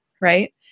Right